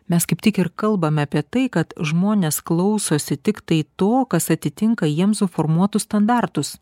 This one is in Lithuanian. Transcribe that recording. mes kaip tik ir kalbame apie tai kad žmonės klausosi tiktai to kas atitinka jiems suformuotus standartus